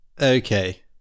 Okay